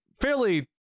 fairly